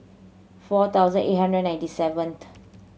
four thousand eight hundred ninety seventh